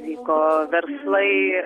vyko verslai